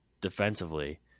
defensively